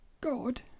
God